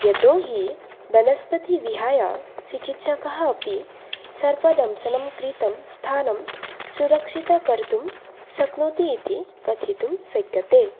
यतोहि वनस्पतिं विहाय चिकित्सकः अपि सर्पदंशनं कृतं स्थानं सुरक्षितं कर्तुं शक्नोति इति कथितुं शक्यते